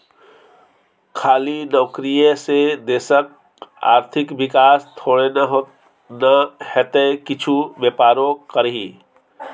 खाली नौकरीये से देशक आर्थिक विकास थोड़े न हेतै किछु बेपारो करही